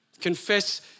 Confess